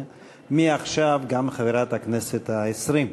ומעכשיו גם חברת הכנסת העשרים.